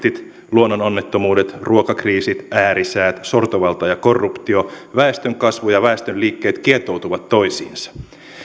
luonnononnettomuudet ruokakriisit äärisäät sortovalta ja korruptio väestönkasvu ja väestön liikkeet kietoutuvat toisiinsa